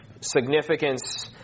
significance